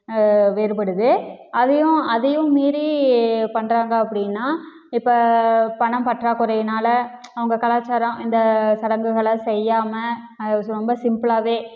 வேறுபடுது அதையும் அதையும் மீறி பண்ணுறாங்க அப்படின்னா இப்போ பணம் பற்றாக்குறைனால் அவங்க கலாச்சாரம் இந்த சடங்குகளை செய்யாமல் அது ரொம்ப சிம்புளாகவே